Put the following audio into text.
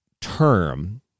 term